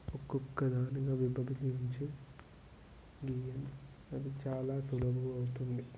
ఒకొక్కదానిగా విభజించి అది చాలా సులభమవుతుంది